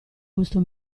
gusto